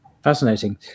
Fascinating